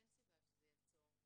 אין סיבה שזה יעצור.